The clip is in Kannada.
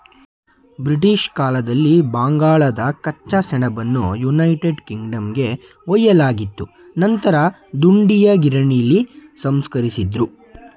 ಬ್ರಿಟಿಷ್ ಕಾಲದಲ್ಲಿ ಬಂಗಾಳದ ಕಚ್ಚಾ ಸೆಣಬನ್ನು ಯುನೈಟೆಡ್ ಕಿಂಗ್ಡಮ್ಗೆ ಒಯ್ಯಲಾಗ್ತಿತ್ತು ನಂತರ ದುಂಡೀಯ ಗಿರಣಿಲಿ ಸಂಸ್ಕರಿಸಿದ್ರು